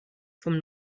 vom